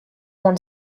won